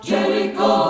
Jericho